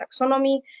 taxonomy